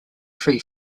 tree